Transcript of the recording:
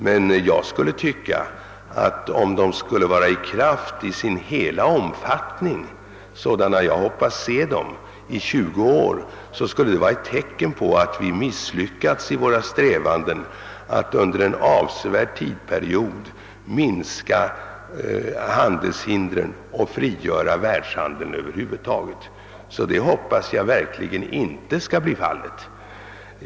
Men jag anser att om de skall gälla i sin hela omfattning — sådana jag hoppas att de kommer att utformas — i tjugo år skulle det vara ett tecken på att vi misslyckats i våra strävanden att för en avsevärd tidsperiod minska handelshindren och frigöra världshandeln över huvud taget. Jag hoppas alltså att preferenserna inte skall gälla så länge.